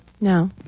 No